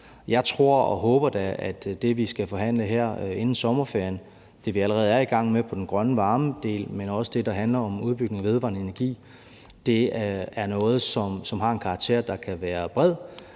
Jeg tror og håber da, at det, vi skal forhandle her inden sommerferien – det, vi allerede er i gang med på den grønne varmedel, men også det, der handler om udbygning af den vedvarende energi – er noget, som kan være af en bred